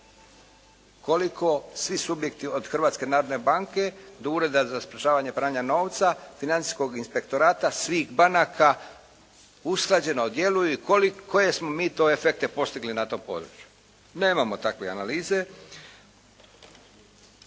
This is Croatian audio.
Koliko svi subjekti od Hrvatske narodne banke do Ureda za sprječavanje pranja novca, financijskog inspektorata, svih banaka usklađeno djeluju i koje smo mi to efekte postigli na tom području. Nemamo takve analize.